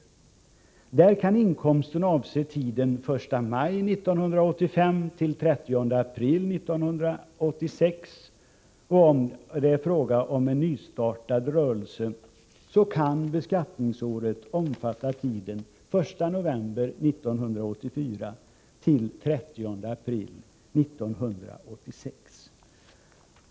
I det fallet kan inkomsten avse tiden den 1 maj 1985-den 30 april 1986. Är det fråga om en nystartad rörelse kan beskattningsåret omfatta tiden den 1 november 1984-den 30 april 1986.